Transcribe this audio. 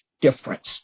difference